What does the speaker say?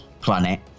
planet